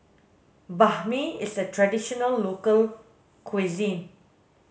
Banh Mi is a traditional local cuisine